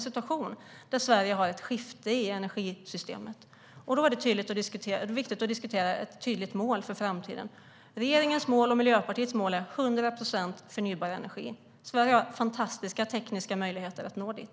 Sverige står inför ett skifte i energisystemet, och då är det viktigt att diskutera ett tydligt mål för framtiden. Regeringens mål och Miljöpartiets mål är 100 procent förnybar energi. Sverige har fantastiska tekniska möjligheter att nå dit.